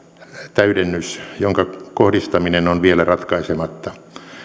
täydennys jonka kohdistaminen on vielä ratkaisematta